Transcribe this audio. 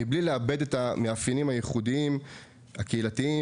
מבלי לאבד את המאפיינים הייחודיים הקהילתיים